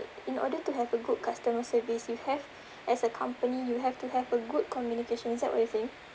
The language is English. in order to have a good customer service you have as a company you have to have a good communication is that what you think